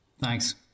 Thanks